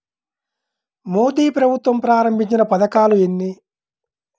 మోదీ ప్రభుత్వం ప్రారంభించిన పథకాలు ఎన్ని?